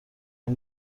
این